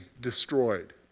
destroyed